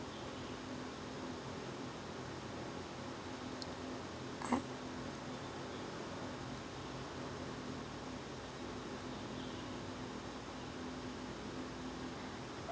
I